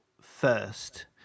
first